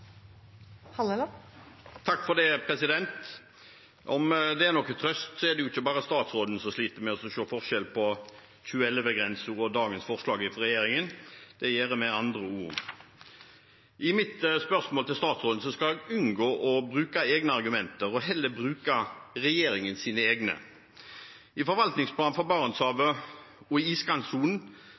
Om det er noen trøst, er det ikke bare statsråden som sliter med å se forskjell på 2011-grensen og dagens forslag fra regjeringen. Det gjør vi andre også. I mitt spørsmål til statsråden skal jeg unngå å bruke egne argumenter og heller bruke regjeringens egne. I forvaltningsplanen for Barentshavet og